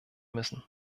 müssen